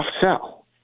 sell